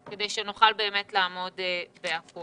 כדי שנוכל באמת לעמוד בכול.